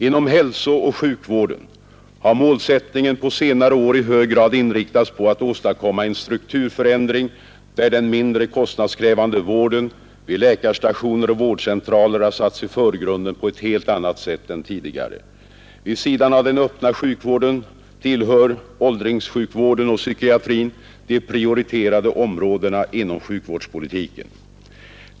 Inom hälsooch sjukvården har målsättningen på senare år i hög grad inriktats på att åstadkomma en strukturförändring, där den mindre kostnadskrävande vården vid läkarstationer och vårdcentraler har satts i förgrunden på ett helt annat sätt än tidigare. Vid sidan av den öppna sjukvården tillhör åldringssjukvården och psykiatrin de prioriterade områdena inom sjukvårdspolitiken.